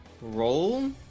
roll